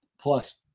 Plus